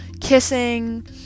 kissing